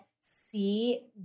see